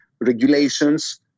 regulations